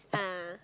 ah